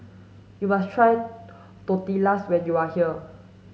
you must try Tortillas when you are here